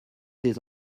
des